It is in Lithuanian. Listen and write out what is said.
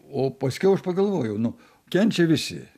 o paskiau aš pagalvojau nu kenčia visi